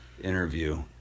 interview